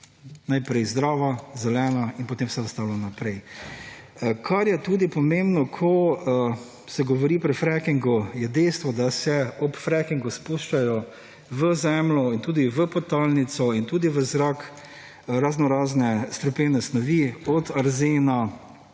najprej zdrava, zelena in potem vse ostalo naprej. Kar je tudi pomembno, ko se govori pri frackingu, je dejstvo, da se ob frackingu spuščajo v zemljo in tudi v podtalnico in tudi v zrak raznorazne strupene snovi od arzena